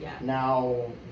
Now